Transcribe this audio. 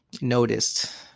noticed